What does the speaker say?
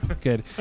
good